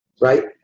right